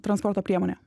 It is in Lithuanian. transporto priemonė